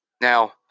Now